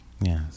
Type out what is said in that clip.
Yes